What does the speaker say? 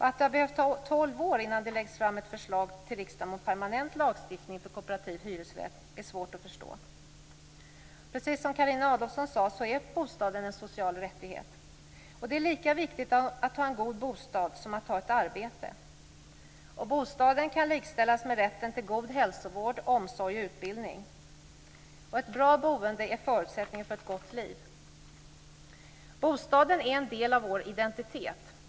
Att det har behövt ta tolv år innan det läggs fram ett förslag till riksdagen om permanent lagstiftning för kooperativ hyresrätt är svårt att förstå. Precis som Carina Adolfsson sade är bostaden en social rättighet. Det är lika viktigt att ha en god bostad som att ha ett arbete. Bostaden kan likställas med rätten till god hälsovård, omsorg och utbildning. Och ett bra boende är en förutsättning för ett gott liv. Bostaden är en del av vår identitet.